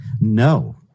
No